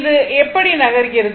அது இப்படி நகர்கிறது